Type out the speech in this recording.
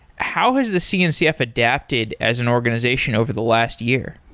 how has the cncf adapted as an organization over the last year?